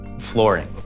flooring